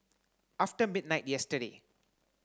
after midnight yesterday